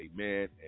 amen